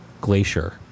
Glacier